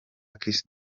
kiss